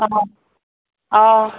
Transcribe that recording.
অঁ অঁ